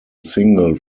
single